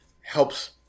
helps